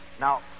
Now